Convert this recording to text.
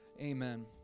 Amen